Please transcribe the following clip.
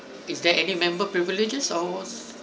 is there any member privileges or